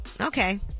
Okay